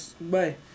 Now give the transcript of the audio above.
bye